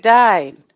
died